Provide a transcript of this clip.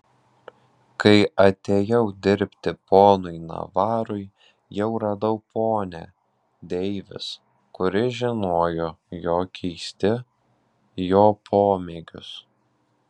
kai atėjau dirbti ponui navarui jau radau ponią deivis kuri žinojo jo keisti jo pomėgius